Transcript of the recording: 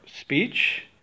speech